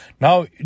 Now